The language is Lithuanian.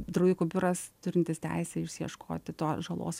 draudikų biuras turintis teisę išsiieškoti tos žalos